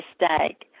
mistake